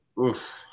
Oof